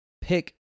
pick